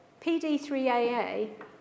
PD3AA